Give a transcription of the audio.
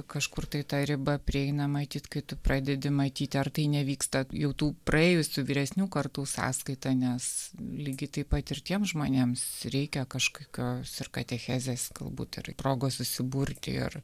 kažkur tai ta riba prieina matyt kai tu pradedi matyti ar tai nevyksta jau tų praėjusių vyresnių kartų sąskaita nes lygiai taip pat ir tiems žmonėms reikia kažkokios ir katechezės galbūt ir progos susiburti ir